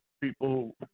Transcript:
people